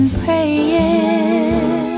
praying